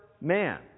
man